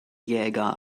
jäger